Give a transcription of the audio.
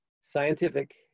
scientific